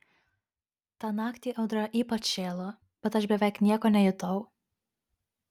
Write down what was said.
tą naktį audra ypač šėlo bet aš beveik nieko nejutau